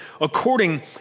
According